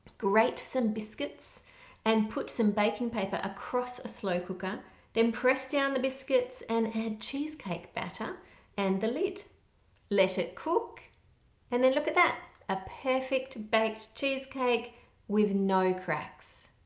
grate some biscuits and put some baking paper across a slow cooker then press down the biscuits and add cheesecake batter and the lit let it cook and then look at that a perfect baked cheesecake with no cracks.